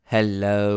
Hello